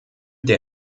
der